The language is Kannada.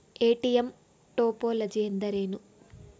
ಎ.ಟಿ.ಎಂ ಟೋಪೋಲಜಿ ಎಂದರೇನು?